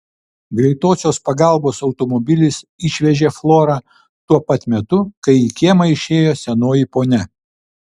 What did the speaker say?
greitosios pagalbos automobilis išvežė florą tuo pat metu kai į kiemą išėjo senoji ponia